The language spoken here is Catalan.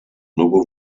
núvol